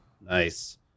Nice